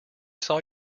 saw